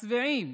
השבעים,